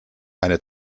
eine